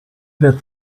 wird